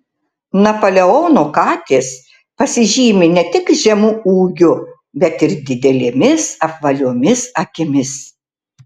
napoleono katės pasižymi ne tik žemu ūgiu bet ir didelėmis apvaliomis akimis